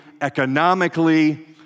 economically